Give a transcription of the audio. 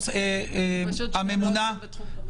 הם לא עוסקים בתחום חדלות פירעון.